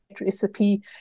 recipe